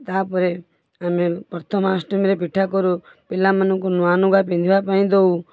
ତାପରେ ଆମେ ପ୍ରଥମାଷ୍ଟମୀରେ ପିଠା କରୁ ପିଲାମାନଙ୍କୁ ନୂଆ ନୁଗା ପିନ୍ଧିବା ପାଇଁ ଦଉ